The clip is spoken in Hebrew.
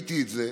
וראיתי את זה,